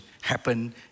happen